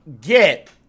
get